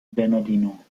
bernardino